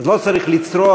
לא צריך לצרוח.